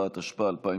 את בעד?